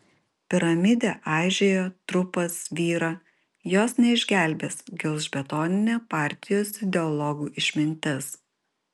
piramidė aižėja trupa svyra jos neišgelbės gelžbetoninė partijos ideologų išmintis